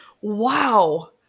Wow